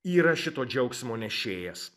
yra šito džiaugsmo nešėjas